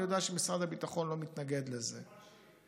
אני יודע שמשרד הביטחון לא מתנגד לזה.